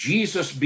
Jesus